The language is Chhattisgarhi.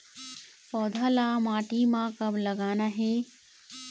पौधा ला माटी म कब लगाना हे?